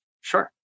Sure